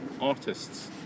artists